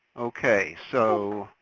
okay so.